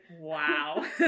wow